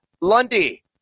Lundy